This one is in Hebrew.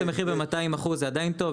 ואם זה יעלה את המחיר ב-200% זה עדיין טוב?